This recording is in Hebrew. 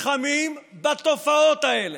האם אתם נלחמים בתופעות האלה?